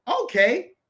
Okay